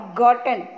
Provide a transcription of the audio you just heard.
gotten